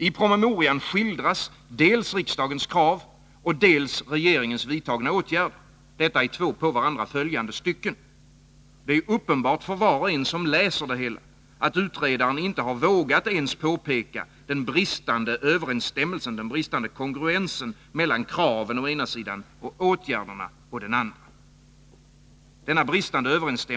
I promemorian skildras dels riksdagens krav, dels regeringens åtgärder, detta i två på varandra följande stycken. Det är uppenbart för var och en att utredaren inte har vågat ens påpeka den bristande kongruensen mellan å ena sidan kraven och å andra sidan åtgärderna.